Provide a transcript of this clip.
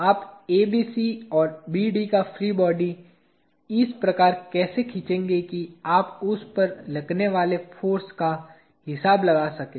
आप ABC और BD का फ्री बॉडी इस प्रकार कैसे खींचेंगे कि आप उस पर लगने वाले फाॅर्स का हिसाब लगा सकें